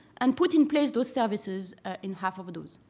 and put in place those services ah in half of those.